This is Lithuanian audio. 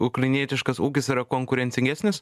ukrainietiškas ūkis yra konkurencingesnis